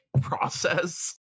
process